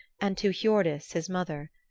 and to hiordis, his mother.